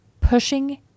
pushing